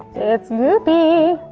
it's goopy!